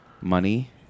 Money